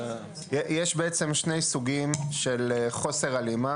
יש בעצם שני סוגים של חוסר הלימה